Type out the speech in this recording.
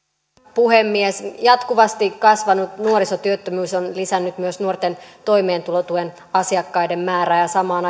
puhemies jatkuvasti kasvanut nuorisotyöttömyys on lisännyt myös nuorten toimeentulotuen asiakkaiden määrää ja samaan